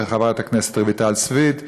ואת חברת הכנסת רויטל סויד,